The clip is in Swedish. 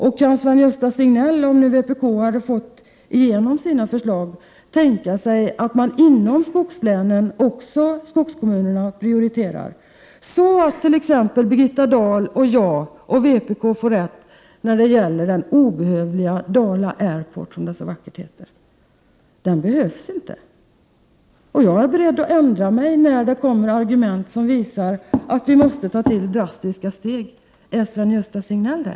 Och kan Sven-Gösta Signell tänka sig — om nu vpk fått igenom sina förslag — att man inom skogskommunerna också prioriterar, så att t.ex. Birgitta Dahl, jag och vpk får rätt när det gäller den obehövliga Dala Air Port, som det så vackert heter? Den behövs inte, och jag är beredd att ändra mig när det kommer argument som visar att vi måste ta till drastiska steg. Är Sven-Gösta Signell det?